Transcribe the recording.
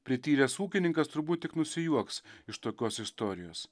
prityręs ūkininkas turbūt tik nusijuoks iš tokios istorijos